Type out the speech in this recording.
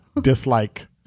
dislike